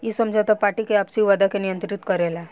इ समझौता पार्टी के आपसी वादा के नियंत्रित करेला